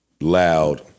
loud